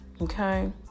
Okay